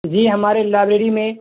جی ہمارے لائبریری میں